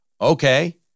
Okay